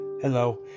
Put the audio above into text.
Hello